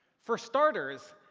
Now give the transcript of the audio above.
for starters,